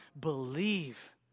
believe